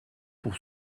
pour